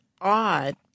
odd